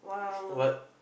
what